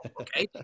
Okay